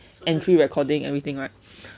entry recording everything right